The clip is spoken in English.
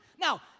Now